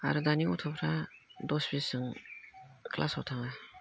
आरो दानि गथ'फ्रा दस बिस जों ख्लासाव थाङा